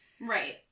Right